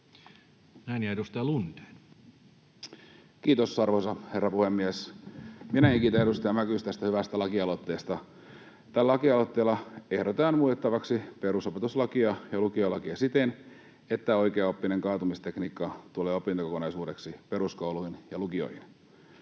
Time: 19:44 Content: Kiitos, arvoisa herra puhemies! Minäkin kiitän edustaja Mäkystä tästä hyvästä lakialoitteesta. Tällä lakialoitteella ehdotetaan muutettavaksi perusopetuslakia ja lukiolakia siten, että oikeaoppinen kaatumistekniikka tulee opintokokonaisuudeksi peruskouluihin ja lukioihin.